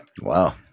wow